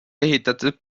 ehitatud